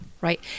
Right